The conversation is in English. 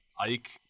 Ike